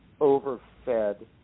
overfed